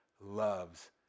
loves